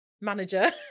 manager